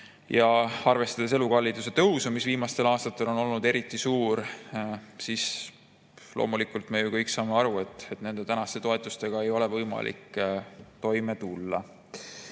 Arvestades elukalliduse tõusu, mis viimastel aastatel on olnud eriti suur, saame me ju kõik aru, et praeguste toetustega ei ole võimalik toime tulla.